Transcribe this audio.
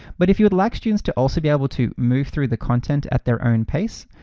but if you would like students to also be able to move through the content at their own pace,